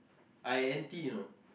I anti you know